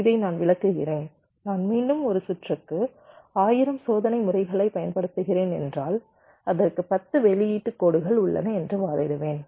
இதை நான் விளக்குகிறேன் நான் மீண்டும் ஒரு சுற்றுக்கு 1000 சோதனை முறைகளைப் பயன்படுத்துகிறேன் என்றால் அதற்கு 10 வெளியீட்டு கோடுகள் உள்ளன என்று வாதிடுவேன்